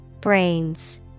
Brains